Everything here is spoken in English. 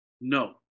no